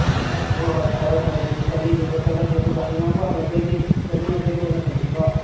ꯍꯣꯏ ꯍꯣꯏ ꯐꯔꯦ ꯐꯔꯦ ꯑꯗꯨꯗꯤ ꯆꯅꯤꯗꯨꯗ ꯆꯠꯂꯒꯦ ꯑꯗꯨꯒ ꯍꯌꯦꯡ ꯑꯃꯨꯛ ꯍꯜꯂꯛꯄꯩꯗꯤ ꯆꯅꯤ ꯌꯥꯡꯈꯩꯗꯣ ꯑꯣꯏꯅ ꯇꯧꯁꯤꯀꯣ